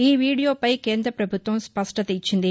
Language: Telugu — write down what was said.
ఈ వీడియోపై కేంద్ర ప్రభుత్వం స్పష్టత ఇచ్చింది